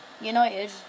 United